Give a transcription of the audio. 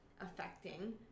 affecting